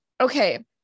Okay